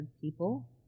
people